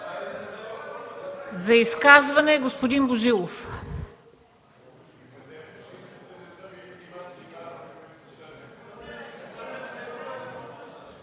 За изказване – господин Божилов.